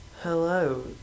Hello